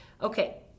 okay